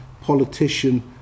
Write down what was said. politician